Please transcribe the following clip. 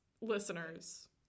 listeners